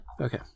Okay